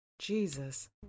Jesus